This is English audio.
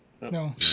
No